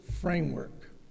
framework